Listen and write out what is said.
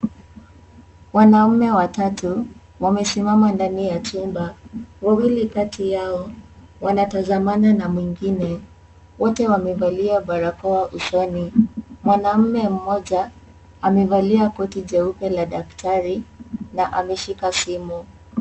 Wanaume watatu wamesimama ndani ya chumba wawili kati yao, wanatazamana na mwingine wote wamevalia barakoa usoni mwanaume mmoja amevalia koti jeupe la daktari na ameshika simu.